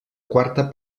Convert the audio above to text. quarta